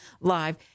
live